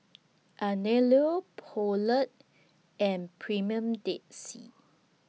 Anello Poulet and Premier Dead Sea